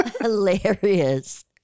hilarious